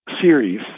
series